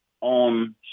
on